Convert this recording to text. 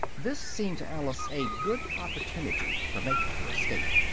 this seemed to alice a good opportunity for making her escape.